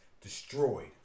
destroyed